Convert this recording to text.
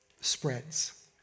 spreads